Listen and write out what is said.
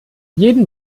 jeden